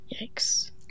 Yikes